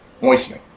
moistening